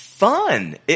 Fun